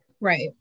Right